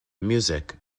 music